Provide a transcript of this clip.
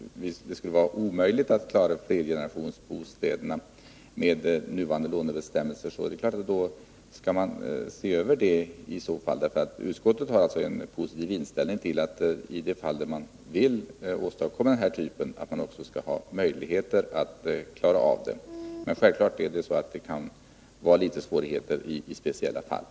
Om det är omöjligt att klara flergenerationsbostäderna med nuvarande lånebestämmelser skall de givetvis ses över. Utskottet har en positiv inställning till att man skall kunna klara denna typ av bostäder i de fall där man eftersträvar dem. Men självfallet kan det bli svårigheter i något enstaka fall.